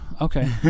Okay